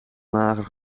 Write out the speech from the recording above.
mager